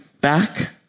back